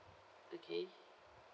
okay